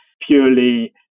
purely